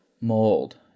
mold